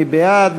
מי בעד?